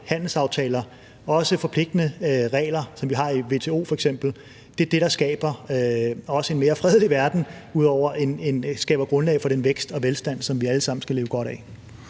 handelsaftaler, og også forpligtende regler, som vi f.eks. har i WTO, også er det, der skaber en mere fredelig verden, ud over at det skaber grundlag for den vækst og velstand, som vi alle sammen skal leve godt af.